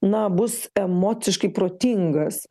na bus emociškai protingas